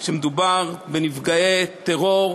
כשמדובר בנפגעי טרור,